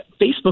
Facebook